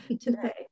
today